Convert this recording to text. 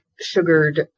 sugared